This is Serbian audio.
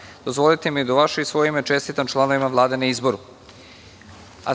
sastavu. Dozvolite mi da u vaše i svoje ime čestitam članovima Vlade na izboru.A